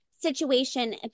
situation